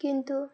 কিন্তু